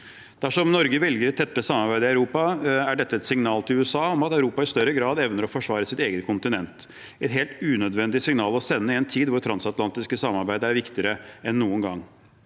Dersom Norge velger et tettere samarbeid i Europa, er dette et signal til USA om at Europa i større grad evner å forsvare sitt eget kontinent – et helt unødvendig signal å sende i en tid hvor det transatlantiske samarbeidet er viktigere enn noen gang.